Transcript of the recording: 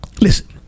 Listen